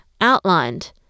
outlined